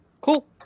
Cool